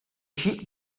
sheep